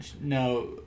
No